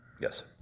Yes